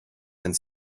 and